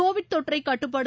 Covid தொற்றை கட்டுப்படுத்த